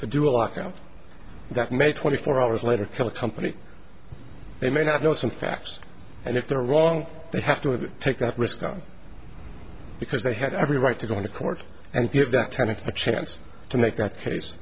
to do a lockout that may twenty four hours later kill a company they may not know some facts and if they're wrong they have to take that risk because they have every right to go to court and give that kind of a chance to make that case